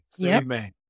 Amen